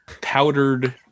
powdered